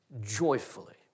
Joyfully